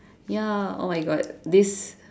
ya oh my god this